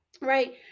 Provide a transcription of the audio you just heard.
right